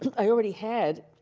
i already had, you